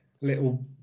Little